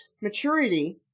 maturity